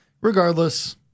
regardless